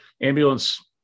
Ambulance